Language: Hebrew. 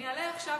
אני אעלה עכשיו,